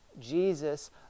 jesus